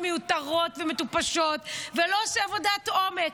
מיותרות ומטופשות והוא לא עושה עבודת עומק.